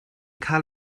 cael